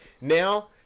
now